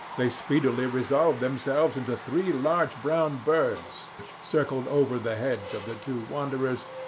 they speedily resolved themselves into three large brown birds, which circled over the heads of the two wanderers,